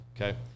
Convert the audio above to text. okay